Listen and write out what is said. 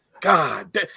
God